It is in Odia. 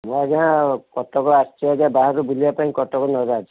ମୁଁ ଆଜ୍ଞା କଟକ ଆସିଛି ଆଜ୍ଞା ବାହାରକୁ ବୁଲିବା ପାଇଁ କଟକ ନରାଜ